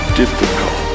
difficult